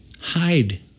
hide